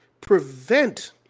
prevent